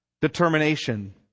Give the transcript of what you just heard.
determination